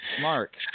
Mark